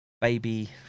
baby